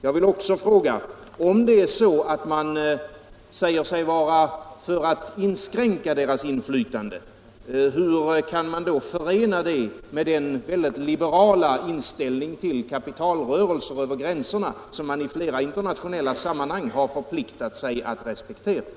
Jag vill också fråga: Om man säger sig vara för att inskränka deras inflytande, hur kan man då förena det med den väldigt liberala inställning till kapitalrörelser över gränserna som man i flera internationella sammanhang har förpliktat sig att respektera?